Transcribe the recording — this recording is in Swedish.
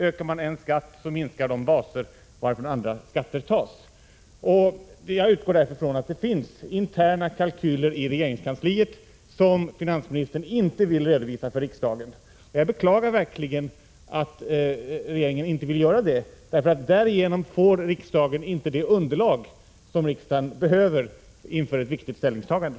Ökar man en skatt, minskar man baser varifrån andra skatter tas. Jag utgår därför ifrån att det i regeringskansliet finns interna kalkyler, som finansministern inte vill redovisa för riksdagen. Jag beklagar verkligen att regeringen inte vill göra detta, för därigenom får inte riksdagen det underlag som riksdagen behöver inför ett viktigt ställningstagande.